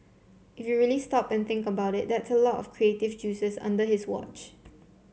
if you really stop and think about it that's a lot of creative juices under his watch